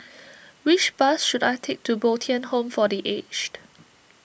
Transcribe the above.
which bus should I take to Bo Tien Home for the Aged